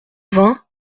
vingt